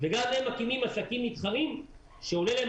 וגם הם מפעילים עסקים מתחרים שעולים להם